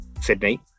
Sydney